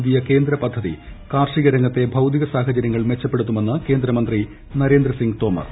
പുതിയ കേന്ദ്ര പദ്ധതി കാർഷിക രംഗത്ത്തി ഭൌതിക സാഹചരൃങ്ങൾ മെച്ചപ്പെടുത്തുമെന്ന് കേന്ദ്ര മന്ത്രി നര്ർ ്ദ്ദ്ദ്സിംഗ് തോമർ